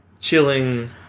chilling